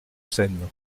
seine